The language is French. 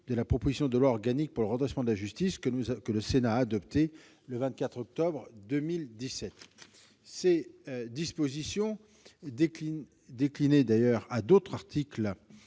de la proposition de loi organique pour le redressement de la justice que le Sénat a adoptée le 24 octobre 2017. Ces dispositions, d'ailleurs déclinées dans d'autres articles